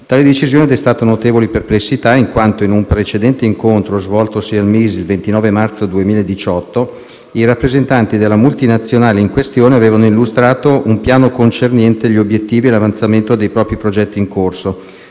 Tale decisione ha destato notevoli perplessità, in quanto in un precedente incontro svoltosi al Ministero dello sviluppo economico il 29 marzo 2018 i rappresentanti della multinazionale in questione avevano illustrato un piano concernente gli obiettivi e l'avanzamento dei propri progetti in corso